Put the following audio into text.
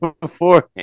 beforehand